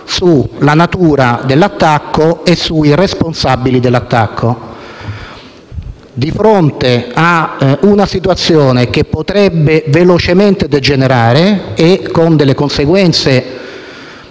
sulla natura dell’attacco e sui responsabili dello stesso. Di fronte a una situazione che potrebbe velocemente degenerare, con conseguenze